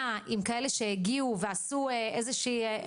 עם כאלה שהגיעו ועשו איזושהי ---.